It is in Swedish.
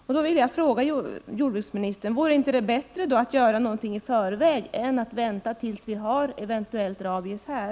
Jag vill fråga jordbruksministern: Vore det inte bättre att göra någonting i förväg än att vänta tills vi eventuellt har rabies här?